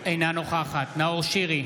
אינה נוכחת נאור שירי,